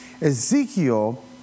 Ezekiel